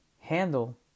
handle